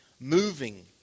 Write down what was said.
moving